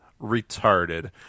retarded